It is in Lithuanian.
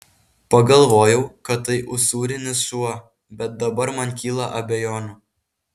pagalvojau kad tai usūrinis šuo bet dabar man kyla abejonių